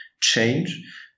change